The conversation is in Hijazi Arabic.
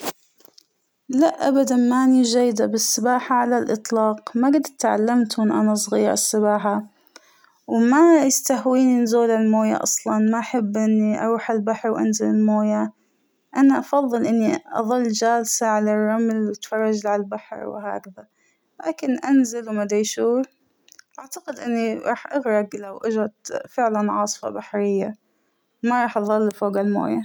لأ أبداً مانى جيدة بالسباحة على الإطلاق ، ما قد أتعلم من وأنا صغيرة السباحة وما يستهوينى نزول الموية أصلاً ، ما أحب إنى أروح البحر وأنزل الموية ، أنا أفضل إنى أظل جالسة على الرمل أتفرج على البحر وهكذا ، لكن انزل ومادرى شو أعتقد إنى راح أغرق لو إجت فعلاً عاصفة بحرية ، ما راح أظل فوق المويه.